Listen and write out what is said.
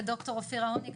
וד"ר אופירה הוניג,